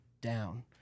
down